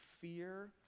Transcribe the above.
fear